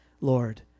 Lord